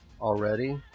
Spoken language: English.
Already